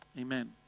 Amen